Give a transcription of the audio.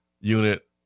unit